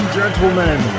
gentlemen